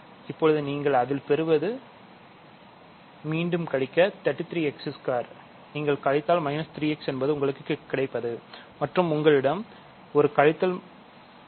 இப்போது நீங்கள் அதில் பெறுவதை மீண்டும் கழிக்கவும் 33 x2 நீங்கள் கழித்தல் 3 x என்பது உங்களுக்குக் கிடைப்பது மற்றும் உங்களிடம் ஒரு 2 உள்ளது